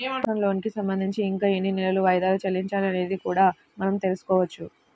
personal లోనుకి సంబంధించి ఇంకా ఎన్ని నెలలు వాయిదాలు చెల్లించాలి అనేది కూడా మనం తెల్సుకోవచ్చు